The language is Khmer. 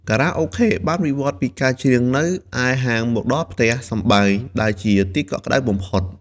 ខារ៉ាអូខេបានវិវត្តន៍ពីការច្រៀងនៅឯហាងមកដល់ផ្ទះសម្បែងដែលជាទីកក់ក្តៅបំផុត។